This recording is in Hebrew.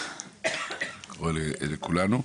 יכול לקרות לכולנו.